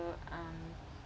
so um